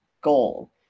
goal